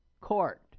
court